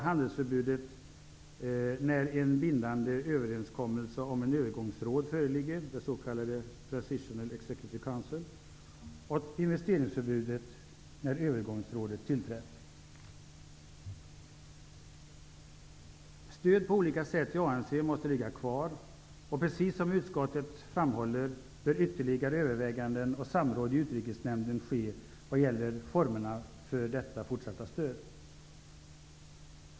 Handelsförbudet skall hävas när en bindande överenskommelse om ett övergångsråd föreligger, det s.k. Transitional Executive Council. Investeringsförbudet skall hävas när övergångsrådet tillträtt. Det stöd som utgår på olika sätt till ANC måste finnas kvar. Precis som utskottet framhåller bör ytterligare överväganden och samråd i utrikesnämnden ske vad gäller formerna för detta fortsatta stöd.